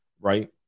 right